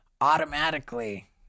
automatically